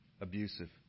abusive